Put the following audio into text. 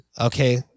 Okay